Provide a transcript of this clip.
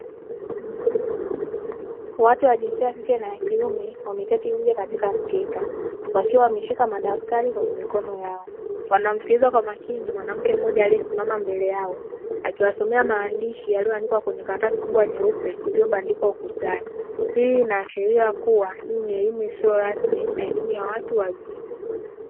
Watu wa jinsia ya kike na kiume wameketi nje katika mkeka wakiwa wameshika madaftari kwenye mikono yao, wanamsikiliza kwa makini mwanamke aliye simama mbele yao akiwasomea maandishi yaliyoandikwa kwenye karatasi kubwa nyeupe iliyobandikwa ukutani. Hii inaashiria kua hii ni elimu isiyokua rasmi na elimu ya watu wazima.